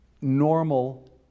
normal